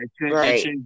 right